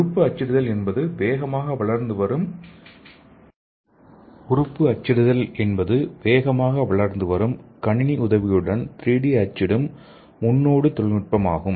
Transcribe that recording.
உறுப்பு அச்சிடுதல் என்பது வேகமாக வளர்ந்து வரும் கணினி உதவியுடன் 3D அச்சிடும் முன்னோடி தொழில்நுட்பமாகும்